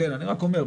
כן אני רק אומר,